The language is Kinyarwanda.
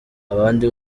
abandi